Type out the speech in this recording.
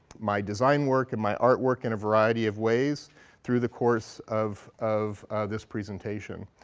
my design work and my art work in a variety of ways through the course of of this presentation.